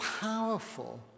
powerful